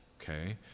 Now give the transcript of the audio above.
okay